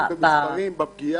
יש נתונים במספרים בפגיעה?